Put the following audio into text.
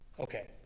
Okay